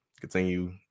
Continue